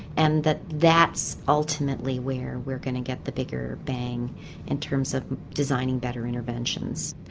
and that that's ultimately where we are going to get the bigger bang in terms of designing better interventions.